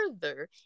further